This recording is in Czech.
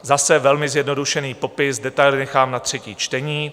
Zase velmi zjednodušený popis, detaily nechám na třetí čtení.